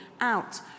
out